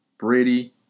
Brady